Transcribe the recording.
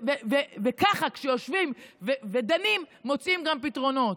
וככה, כשיושבים ודנים, מוצאים גם פתרונות.